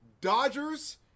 Dodgers